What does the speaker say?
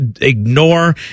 ignore